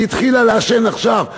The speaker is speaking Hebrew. היא התחילה לעשן עכשיו.